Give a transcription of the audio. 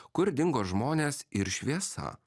kur dingo žmonės ir šviesa